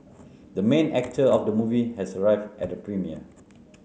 the main actor of the movie has arrived at the premiere